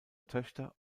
töchter